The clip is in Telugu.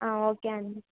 ఆ ఓకే అండి